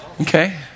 Okay